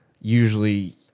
usually